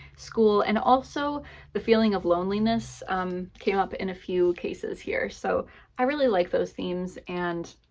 school, and also the feeling of loneliness came up in a few cases here. so i really like those themes, and,